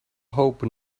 hope